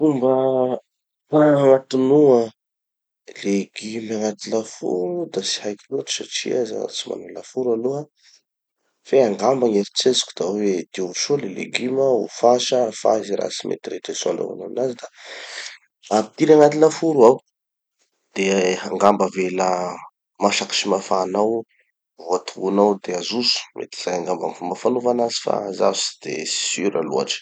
Fomba fagnatonoa leguma agnaty laforo da tsy haiko loatsy satria zaho tsy mana laforo aloha. Fe angamba gny eritseritsiko da hoe, diovy soa le leguma, ofasa, afahy ze raha tsy metimety aminazy da, ampidiry agnaty laforo ao, de angamba avela masaky sy mafana ao, voatono ao de ajotso, mety zay angamba gny fomba fanova anazy fa zaho tsy de sura loatry.